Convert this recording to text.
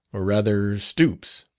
or rather stoops.